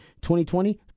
2020